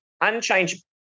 unchanged